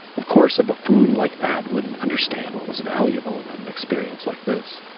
of course, a buffoon like that wouldn't understand what was valuable about an experience like this.